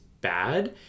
Bad